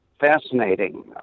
fascinating